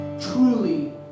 truly